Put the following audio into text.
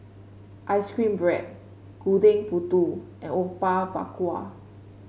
ice cream bread Gudeg Putih and Apom Berkuah